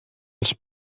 als